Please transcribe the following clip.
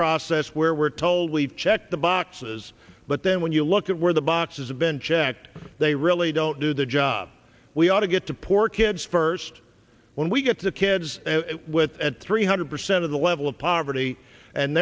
process where we're told we've checked the boxes but then when you look at where the boxes have been checked they really don't do their job we ought to get to poor kids first when we get the kids with at three hundred percent of the level of poverty and